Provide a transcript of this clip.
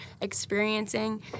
experiencing